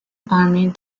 army